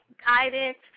guidance